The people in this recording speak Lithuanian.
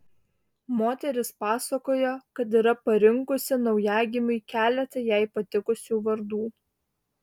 moteris pasakojo kad yra parinkusi naujagimiui keletą jai patikusių vardų